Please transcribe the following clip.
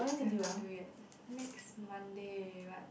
haven't do yet next Monday but